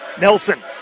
Nelson